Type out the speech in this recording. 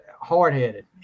hard-headed